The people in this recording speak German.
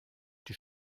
die